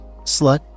Slut